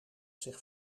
zich